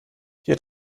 hier